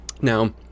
Now